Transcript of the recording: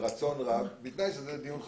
ברצון רב, בתנאי שזה דיון חסוי.